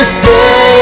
say